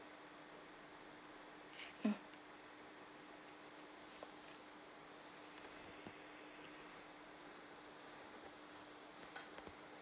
mm